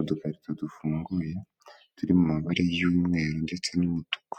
Udugarito dufunguye turi mubari y'umweru ndetse n'umutuku,